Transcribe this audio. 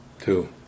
Two